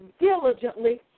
diligently